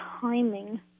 timing